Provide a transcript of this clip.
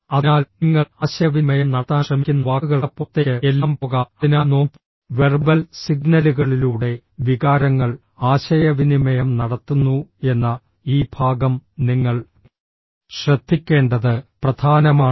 അതിനാൽ നിങ്ങൾ ആശയവിനിമയം നടത്താൻ ശ്രമിക്കുന്ന വാക്കുകൾക്കപ്പുറത്തേക്ക് എല്ലാം പോകാം അതിനാൽ നോൺ വെർബൽ സിഗ്നലുകളിലൂടെ വികാരങ്ങൾ ആശയവിനിമയം നടത്തുന്നു എന്ന ഈ ഭാഗം നിങ്ങൾ ശ്രദ്ധിക്കേണ്ടത് പ്രധാനമാണ്